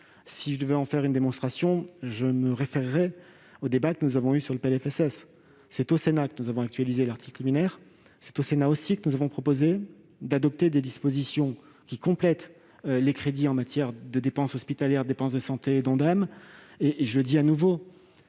Si je devais en faire une démonstration, je me référerais aux débats que nous avons eus sur le PLFSS. C'est au Sénat que nous avons actualisé l'article liminaire. C'est également au Sénat que nous avons proposé d'adopter des dispositions complétant les crédits en matière de dépenses hospitalières, de dépenses de santé et d'objectif national